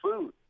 food